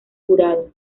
jurado